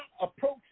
approach